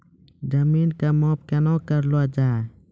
जमीन की माप कैसे किया जाता हैं?